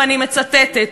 ואני מצטטת,